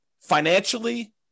financially